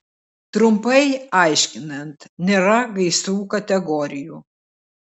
trumpai aiškinant nėra gaisrų kategorijų